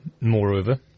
Moreover